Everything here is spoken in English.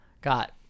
got